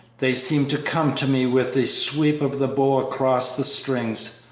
they seem to come to me with the sweep of the bow across the strings.